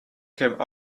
came